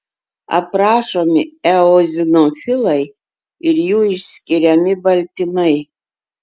aprašomi eozinofilai ir jų išskiriami baltymai